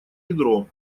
ядро